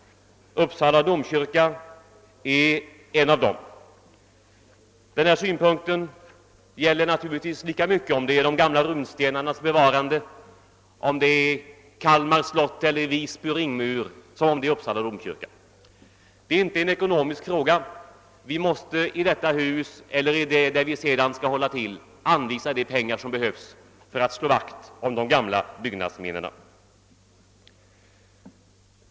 Uppsala domkyrka är en av dem. Denna synpunkt gäller naturligtvis lika mycket vare sig det är fråga om de gamla runstenarnas bevarande, om det gäller Kalmar slott, Visby ringmur eller Uppsala domkyrka. Det är inte en ekonomisk fråga. Vi måste i detta hus eller i det där vi snart skall hålla till anvisa de pengar som behövs för att slå vakt om de gamla byggnadsminnena.